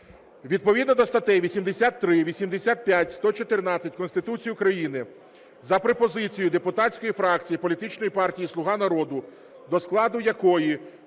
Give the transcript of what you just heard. Відповідно до статей 83, 85, 114 Конституції України за пропозицією депутатської фракції Політичної партії "Слуга народу", до складу якої